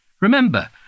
remember